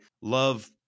love